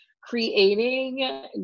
creating